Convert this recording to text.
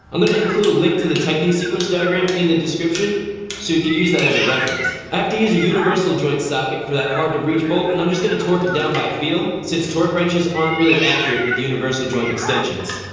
i'm going to include a link to the tightening sequence diagram in the description so you can use that as a reference. i have to use a universal joint socket for that hard-to-reach bolt, and i'm just going to torque it down by feel since torque wrenches aren't really accurate with universal joint extensions.